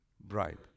bribe